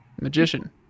magician